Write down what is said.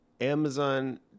Amazon